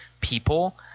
people